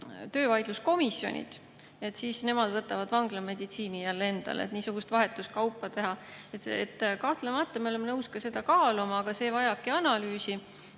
töövaidluskomisjonid, siis nemad võtavad vanglameditsiini jälle endale. Tahetakse niisugust vahetuskaupa teha. Kahtlemata me oleme nõus seda kaaluma, aga see vajabki analüüsi,